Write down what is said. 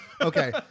Okay